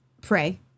pray